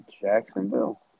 Jacksonville